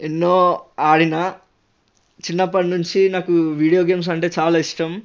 ఎన్నో ఆడినా చిన్నప్పనుంచి నాకు వీడియో గేమ్స్ అంటే చాలా ఇష్టం